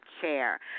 chair